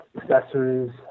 accessories